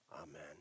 Amen